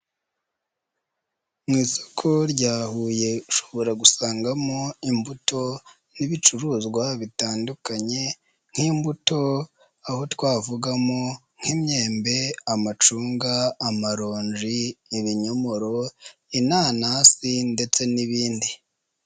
Mu isoko rya Huye ushobora gusangamo imbuto n'ibicuruzwa bitandukanye nk'imbuto, aho twavugamo nk'imyembe, amacunga, amaronje, ibinyomoro, inanasi ndetse n'ibindi.